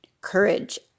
courage